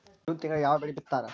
June ತಿಂಗಳದಾಗ ಯಾವ ಬೆಳಿ ಬಿತ್ತತಾರ?